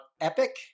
Epic